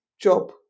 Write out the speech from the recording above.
job